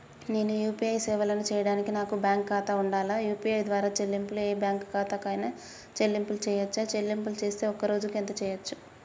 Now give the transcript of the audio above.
నేను యూ.పీ.ఐ సేవలను చేయడానికి నాకు బ్యాంక్ ఖాతా ఉండాలా? యూ.పీ.ఐ ద్వారా చెల్లింపులు ఏ బ్యాంక్ ఖాతా కైనా చెల్లింపులు చేయవచ్చా? చెల్లింపులు చేస్తే ఒక్క రోజుకు ఎంత చేయవచ్చు?